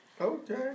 Okay